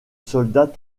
soldats